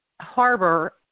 harbor